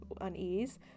unease